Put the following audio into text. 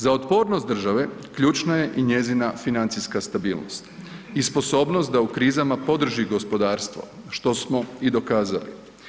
Za otpornost države ključna je i njezina financijska stabilnost i sposobnost da u krizama podrži gospodarstvo, što smo i dokazali.